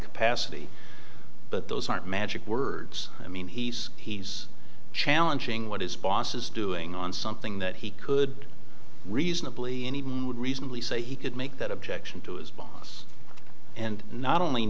capacity but those aren't magic words i mean he's he's challenging what his boss is doing on something that he could reasonably any reasonably say he could make that objection to his boss and not only